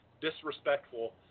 disrespectful